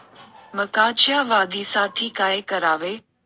मकाच्या वाढीसाठी काय करावे?